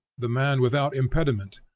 the man without impediment,